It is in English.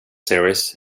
series